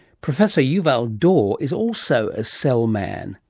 professor yuval dor is also a cell man,